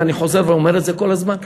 ואני חוזר ואומר את זה כל הזמן,